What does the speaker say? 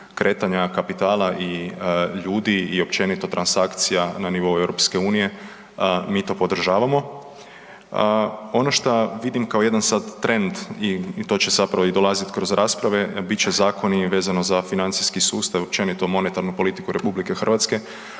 kretanja kapitala i ljudi i općenito transakcija na nivou EU, mi to podržavamo. Ono što vidim kao jedan sad trend i to će zapravo dolaziti kroz rasprave, bit će zakoni vezano za financijski sustav, općenito monetarnu politiku RH, što je nekako